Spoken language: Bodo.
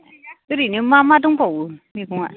ओरैनो मा मा दंबावो मैगंआ